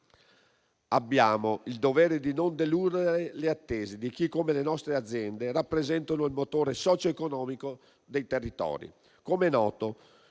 Abbiamo il dovere di non deludere le attese di chi, come le nostre aziende, rappresenta il motore socioeconomico dei territori.